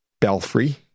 belfry